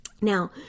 Now